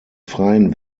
freien